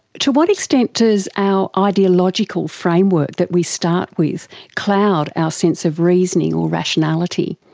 to what extent does our ideological framework that we start with cloud our sense of reasoning or rationality?